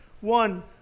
One